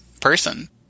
person